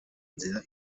nzira